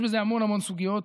יש בזה המון המון סוגיות,